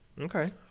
Okay